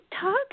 talk